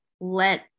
let